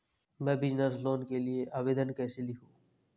मैं business loan के लिए आवेदन कैसे लिखूँ?